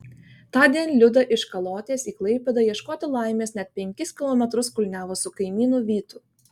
tądien liuda iš kalotės į klaipėdą ieškoti laimės net penkis kilometrus kulniavo su kaimynu vytu